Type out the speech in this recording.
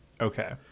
okay